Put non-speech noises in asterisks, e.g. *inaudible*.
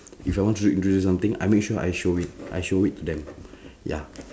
if I want *noise* to introduce something I make sure I show it I show it to them *breath* ya